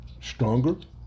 stronger